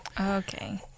Okay